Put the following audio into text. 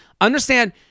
Understand